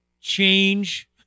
change